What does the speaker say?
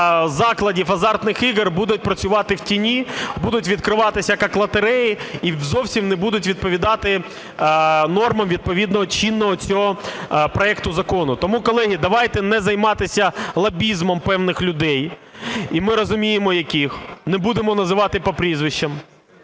закладів азартних ігор буд працювати в тіні, будуть відкриватися як лотереї і зовсім не будуть відповідати нормам відповідного чинного цього проекту закону. Тому, колеги, давайте не займатися лобізмом певних людей, і ми розуміємо яких, не будемо називати по прізвищам.